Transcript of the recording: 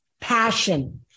passion